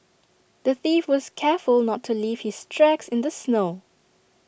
the thief was careful not to leave his tracks in the snow